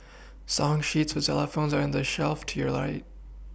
song sheets for xylophones are on the shelf to your right